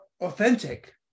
authentic